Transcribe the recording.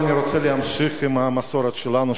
ועכשיו אני רוצה להמשיך עם המסורת שלנו,